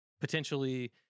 potentially